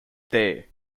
there